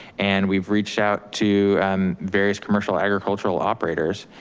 and we've reached out to um various commercial agricultural operators.